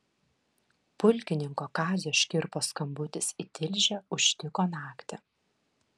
pulkininko kazio škirpos skambutis į tilžę užtiko naktį